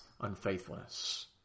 unfaithfulness